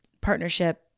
partnership